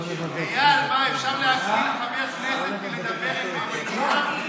איל, מה, אפשר להגביל חבר כנסת מלדבר עם מנגינה?